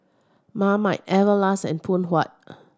Marmite Everlast and Phoon Huat